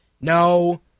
No